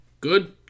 good